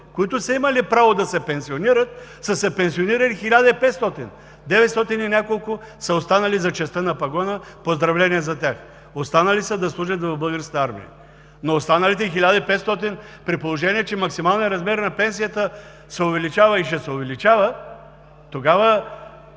които са имали право да се пенсионират, са се пенсионирали 1500, деветстотин и няколко са останали за честта на пагона – поздравления за тях, останали са да служат в Българската армия. Но останалите 1500, при положение че максималният размер на пенсията се увеличава и ще се увеличава, тогава